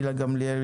גילה גמליאל,